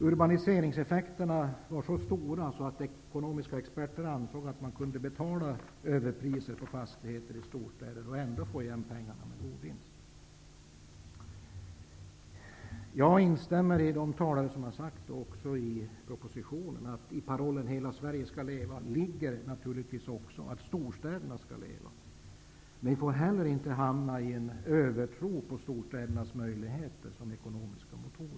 Urbaniseringseffekterna var så stora att ekonomiska experter ansåg att man kunde betala överpriser på fastigheter i storstäder och ändå få igen pengarna med god vinst. Jag instämmer med de talare som sagt och även i det som anförs i propositionen om att i parollen ''Hela Sverige skall leva'' också ligger att storstäderna skall leva. Men vi får inte hamna i en naiv övertro på storstädernas möjligheter som ekonomiska motorer.